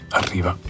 arriva